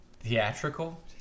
theatrical